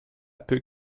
peut